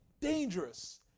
dangerous